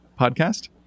podcast